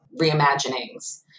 reimaginings